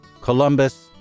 Columbus